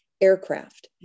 Aircraft